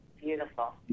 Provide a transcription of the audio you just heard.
Beautiful